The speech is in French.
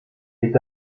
est